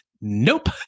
nope